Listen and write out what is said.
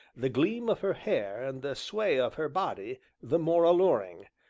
the gleam of her hair and the sway of her body the more alluring,